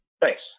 Thanks